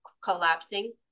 collapsing